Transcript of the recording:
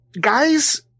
guys